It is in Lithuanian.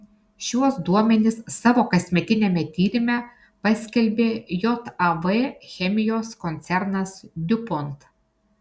šiuos duomenis savo kasmetiniame tyrime paskelbė jav chemijos koncernas diupont